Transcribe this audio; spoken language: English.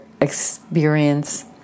experience